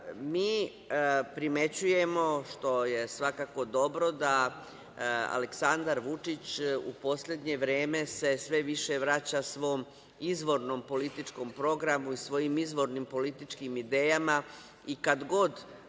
primećujemo, što je svakako dobro, da se Aleksandar Vučić u poslednje vreme sve više vraća svom izvornom političkom programu i svojim izvornim političkim idejama i kad god on,